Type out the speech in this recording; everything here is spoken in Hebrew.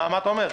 מה אתה אומר,